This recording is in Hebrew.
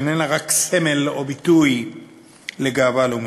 איננה רק סמל או ביטוי לגאווה לאומית,